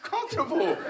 comfortable